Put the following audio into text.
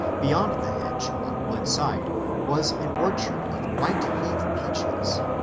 beyond the hedge on one side was an orchard of white heath peaches,